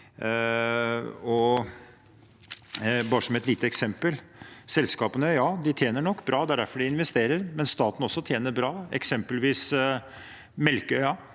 Selskapene tjener nok bra, det er derfor de investerer, men staten tjener også bra. Hvis Melkøya